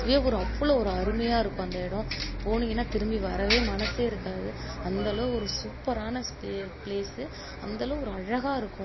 அதுவே ஒரு அவ்வளோ ஒரு அருமையாயிருக்கும் அந்த இடம் போனீங்கனால் திரும்பி வரவே மனதே இருக்காது அந்தளவு ஒரு சூப்பரான ஸ்பே பிளேசு அந்தளவு ஒரு அழகாயிருக்கும்